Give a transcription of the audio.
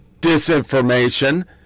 disinformation